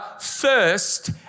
thirst